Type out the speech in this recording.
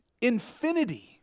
infinity